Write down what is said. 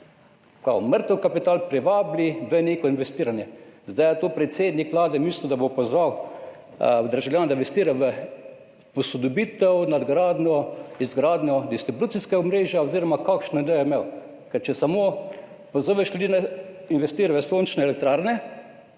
kao mrtev kapital privabili v neko investiranje. Ali je s tem predsednik Vlade mislil, da bo pozval državljane, da investirajo v posodobitev, nadgradnjo, izgradnjo distribucijskega omrežja oziroma kakšno idejo je imel? Ker če samo pozoveš ljudi, naj investirajo v sončne elektrarne,